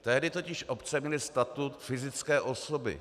Tehdy totiž obce měly statut fyzické osoby.